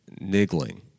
Niggling